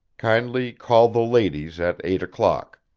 kindly call the ladies at eight o'clock.